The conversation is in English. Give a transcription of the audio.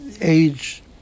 age